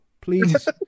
Please